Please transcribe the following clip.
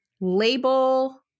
label